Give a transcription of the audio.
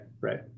right